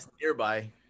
nearby